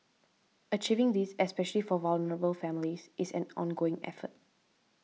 achieving this especial for vulnerable families is an ongoing effort